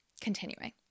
continuing